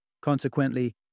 Consequently